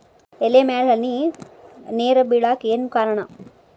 ಎಲೆ ಮ್ಯಾಲ್ ಹನಿ ನೇರ್ ಬಿಳಾಕ್ ಏನು ಕಾರಣ?